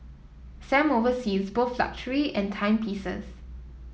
Sam oversees both luxury and timepieces